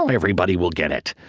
um everybody will get it.